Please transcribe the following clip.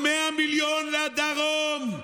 הוסיפו 100 מיליון לדרום,